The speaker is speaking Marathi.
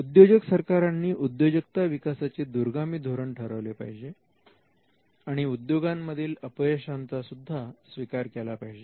उद्योजक सरकारांनी उद्योजकता विकासाचे दूरगामी धोरण ठरविले पाहिजे आणि उद्योगांमधील अपयशाचा सुद्धा स्वीकार केला पाहिजे